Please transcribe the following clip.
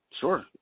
Sure